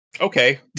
okay